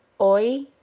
OI